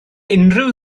unrhyw